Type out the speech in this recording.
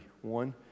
One